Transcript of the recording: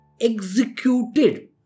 executed